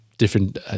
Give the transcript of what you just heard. different